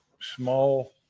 small